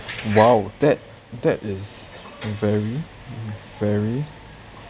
!wow! that that is very very